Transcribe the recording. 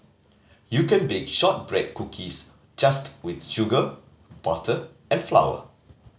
you can bake shortbread cookies just with sugar butter and flower